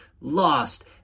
lost